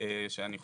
שאני חושב,